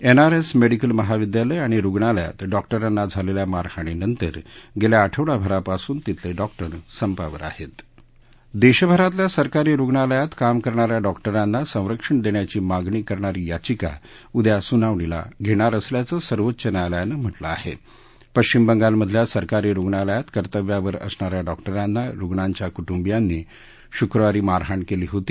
N R S medical महाविद्यालय आणि रुग्णालयात डॉक्टरांना झालख्खा मारहाणीनंतर गस्खा आठवडाभरापासून तिथलडॉक्टर संपावर आहत्त्वि दधभरातल्या सरकारी रुग्णालयात काम करणा या डॉक्टरांना संरक्षण दध्याची मागणी करणारी याचिका उद्या सुनावणीला घण्णिर असल्याचं सर्वोच्च न्यायालयानं म्हटलं आह भिश्विम बंगालमधल्या सरकारी रुग्णालयात कर्तव्यावर असणा या डॉक्टरांना रुग्णाच्या कुटुंबियांनी शुक्रवारी हल्ला कलि होता